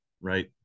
right